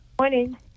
Morning